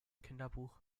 kinderbuch